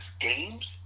games